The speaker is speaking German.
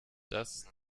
das